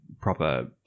proper